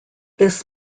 this